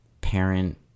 parent